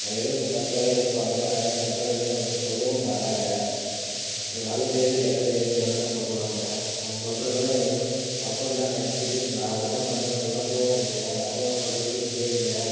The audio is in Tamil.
அவங்க உங்களுக்கு தப்பால்லாம் எதுவும் பண்ண மாட்டாங்க தப்பாக எதுவும் சொல்லவும் மாட்டாங்க நல்லது எது கெட்டது எதுன்னு மட்டும் தான் சொல்வாங்க அவுங்க சொல்கிறதெல்லாம் எதுவும் தப்புன்னுலாம் நெனைச்சிட்டு நான் அப்படி தான் பண்ணுவேன்னுலாம் போகாதிங்க அப்பா அம்மா சொல்கிற பேச்சை கேளுங்கள்